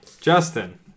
Justin